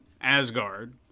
asgard